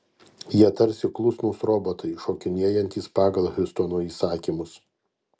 jie tarsi klusnūs robotai šokinėjantys pagal hiustono įsakymus